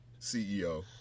CEO